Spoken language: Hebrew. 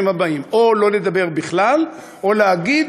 הבאים: או לא לדבר בכלל או להגיד: